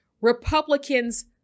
Republicans